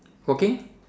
working